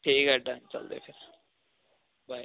ਠੀਕ ਹ ਡਨ ਚਲਦੇ ਫਿਰ ਬਾਏ